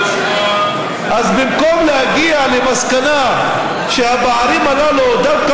אז במקום להגיע למסקנה שהפערים הללו דווקא